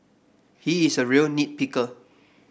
he is a real nit picker